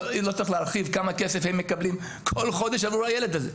לא צריך להרחיב כמה כסף הם מקבלים כל חודש עבור הילד הזה.